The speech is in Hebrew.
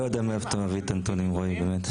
לא יודע מאיפה אתה מביא את הנתונים, רועי, באמת.